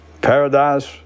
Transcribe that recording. Paradise